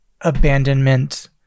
abandonment